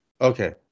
Okay